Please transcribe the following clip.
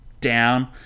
down